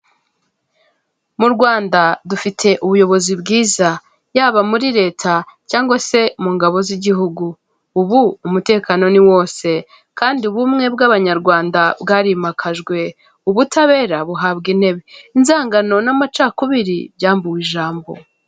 Icyapa cyerekana serivisi zitangwa n'ikigo cyitwa buritamu, turimo turabonamo ko buritamu ari ubwishingizi bwo kwivuza buhendutse, bwagenewe ibigo bitandukanye harimo ibigo bito, ibigo by'imari, sako n'amakoperative, ibigo bya leta, ibigo by'amashuri, ibigo by'abihayeyimana ndetse n'ubundi buryo butandukanye. Usaba kuba udafite ubwishingizi ushobora kwibaza uburyo wakwivuza ariko buritamo ni igisubizo cyawe, kugira ngo ube wakwivuza kandi nawe ku giti cyawe wabigeraho.